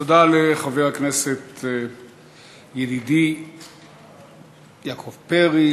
תודה לחבר הכנסת ידידי יעקב פרי.